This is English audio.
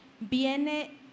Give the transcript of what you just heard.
Viene